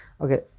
okay